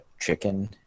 chicken